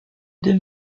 deux